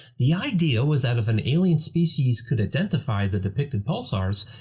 the idea was that if an alien species could identify the depicted pulsars,